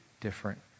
different